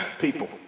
people